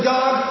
God